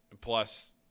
plus